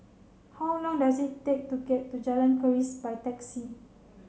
how long does it take to get to Jalan Keris by taxi